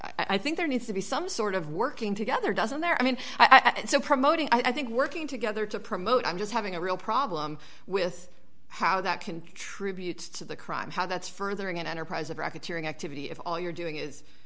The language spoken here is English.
or i think there needs to be some sort of working together doesn't there i mean i and so promoting i think working together to promote i'm just having a real problem with how that can contribute to the crime how that's furthering an enterprise of racketeering activity if all you're doing is